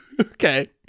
Okay